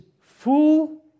full